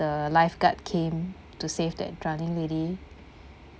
the lifeguard came to save that drowning lady